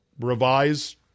revise